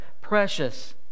precious